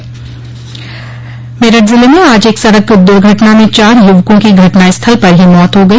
द्र्घटना मेरठ मेरठ ज़िले में आज एक सड़क दुर्घटना में चार युवकों की घटनास्थल पर ही मौत हो गई